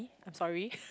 I'm sorry